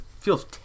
feels